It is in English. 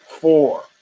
four